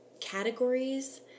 categories